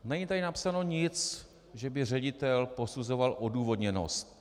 Není tady napsáno nic, že by ředitel posuzoval odůvodněnost.